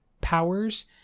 powers